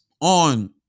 on